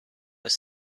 was